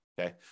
okay